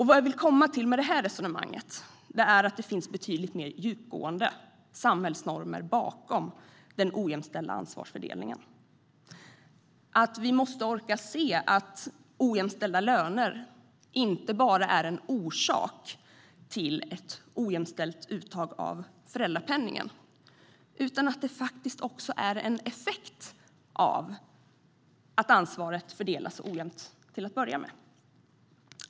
Vad jag vill komma till med det här resonemanget är att det finns betydligt mer djupgående samhällsnormer bakom den ojämställda ansvarsfördelningen. Vi måste orka se att ojämställda löner är inte bara en orsak till ett ojämställt uttag av föräldrapenningen utan faktiskt också en effekt av att ansvaret fördelas så ojämnt till att börja med.